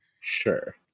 Sure